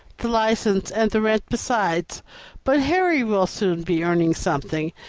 the license, and the rent besides but harry will soon be earning something,